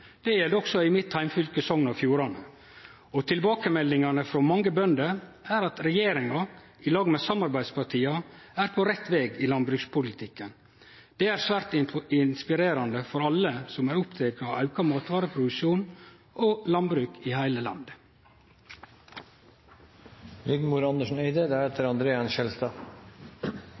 Det gjeld også i mitt heimfylke, Sogn og Fjordane. Tilbakemeldingane frå mange bønder er at regjeringa, i lag med samarbeidspartia, er på rett veg i landbrukspolitikken. Det er svært inspirerande for alle som er opptekne av auka matvareproduksjon og landbruk i heile